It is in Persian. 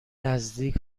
نزدیک